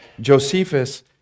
Josephus